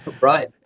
Right